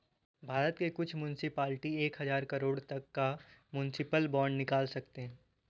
भारत के कुछ मुन्सिपलिटी एक हज़ार करोड़ तक का म्युनिसिपल बांड निकाल सकते हैं